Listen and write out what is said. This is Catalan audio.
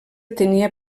tenia